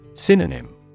Synonym